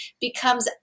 becomes